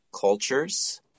cultures